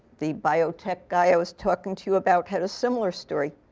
the biotech guy i was talking to you about, had a similar story.